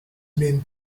been